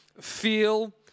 feel